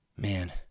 Man